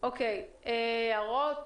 יש הערות.